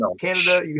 Canada